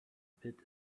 pit